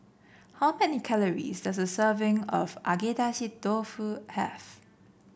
how many calories does a serving of Agedashi Dofu have